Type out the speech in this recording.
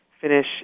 finish